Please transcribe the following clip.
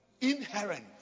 inherent